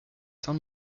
saint